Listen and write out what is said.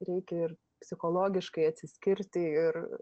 reik ir psichologiškai atsiskirti ir